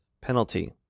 penalty